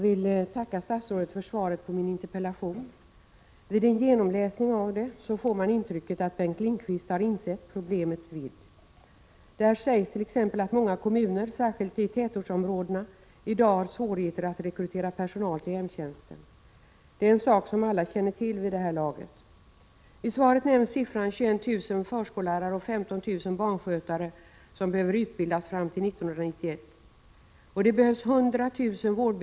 Ulla Tillander har frågat vilka åtgärder socialministern ämnar vidta för att göra vårdyrkena mer attraktiva. Interpellationen har överlämnats till mig. Ulla Tillanders interpellation behandlar personalsituationen inom såväl barnomsorg som äldreoch handikappomsorg samt hälsooch sjukvård.